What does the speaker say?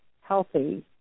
healthy